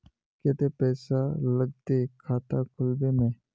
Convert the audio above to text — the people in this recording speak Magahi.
केते पैसा लगते खाता खुलबे में?